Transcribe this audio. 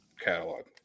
catalog